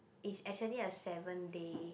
is actually a seven day